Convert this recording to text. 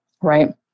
right